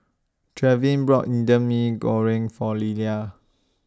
Trevin brought Indian Mee Goreng For Lillia